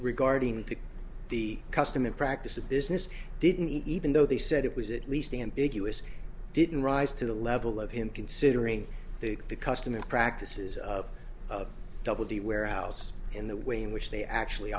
regarding to the custom and practice of business didn't even though they said it was at least ambiguous didn't rise to the level of him considering the custom and practices of double the warehouse in the way in which they actually